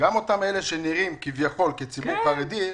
גם אותם אלו שנראים כביכול כציבור חרדי,